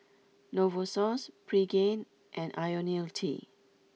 Novosource Pregain and Ionil T